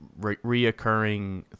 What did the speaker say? reoccurring